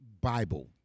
Bible